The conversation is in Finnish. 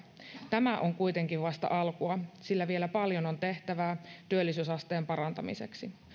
tämä on kuitenkin vasta alkua sillä vielä paljon on tehtävää työllisyysasteen parantamiseksi